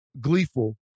gleeful